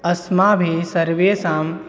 अस्माभिः सर्वेषाम्